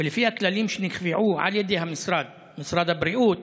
ולפי הכללים שנקבעו על ידי משרד הבריאות